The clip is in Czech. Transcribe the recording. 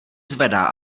zvedá